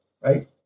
right